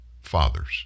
fathers